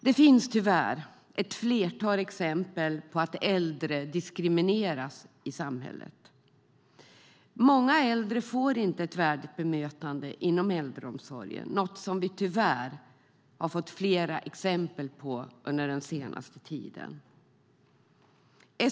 Det finns tyvärr ett flertal exempel på att äldre diskrimineras i samhället. Många äldre får inte ett värdigt bemötande inom äldreomsorgen, något som vi tyvärr har fått flera exempel på under den senaste tiden.